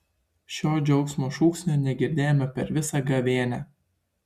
šio džiaugsmo šūksnio negirdėjome per visą gavėnią